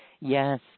Yes